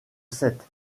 sept